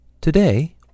Today